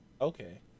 Okay